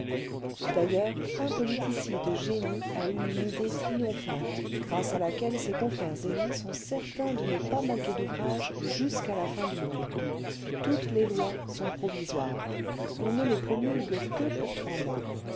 d'ailleurs un politicier de génie a eu une idée triomphante grâce à laquelle ses confrères et lui sont certains de ne pas manquer d'ouvrage jusqu'à la fin du monde toutes les lois sont provisoires on ne les promulgue que pour trois mois